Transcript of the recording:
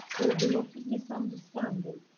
there's a lot of misunderstanding.